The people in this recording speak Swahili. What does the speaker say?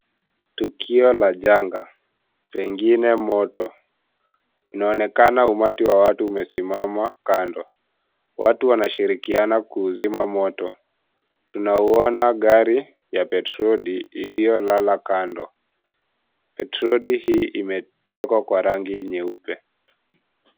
Tukio la janga pengine moto. Inaonekana umati wa watu umesimama kando. Watu wanashirikiana kuuzima moto. Tunauona gari ya petroli iliyolala kando. Petroli hii imewekwa kwa rangi nyeupe.